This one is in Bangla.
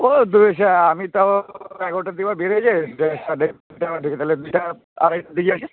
ও দুয়ে সা আমি তাও এগারোটার দিকে একবার বেরিয়ে যাই দেড়টা দেড়টার দিকে তাহলে দুটো আড়াটের দিকে আসেন